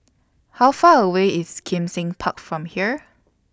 How Far away IS Kim Seng Park from here